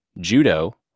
judo